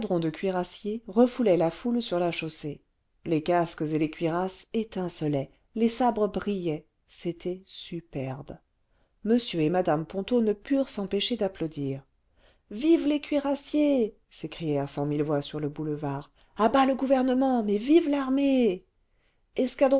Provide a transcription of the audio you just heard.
de cuirassiers refoulait la foule sur la chaussée les casques et les cuirasses étincelaient les sabres brillaient c'était superbe m et mme ponto ne purent s'empêcher d'applaudir vivent les cuirassiers s'écrièrent cent mille voix sur le boulevard à bas le gouvernement mais vive l'armée